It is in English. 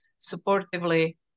supportively